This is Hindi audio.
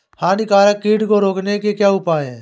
हानिकारक कीट को रोकने के क्या उपाय हैं?